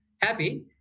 happy